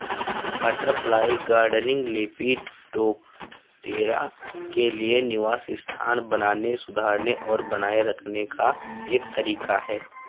butterfly gardening, lepidoptera के लिए निवास स्थान बनाने, सुधारने और बनाए रखने का एक तरीका है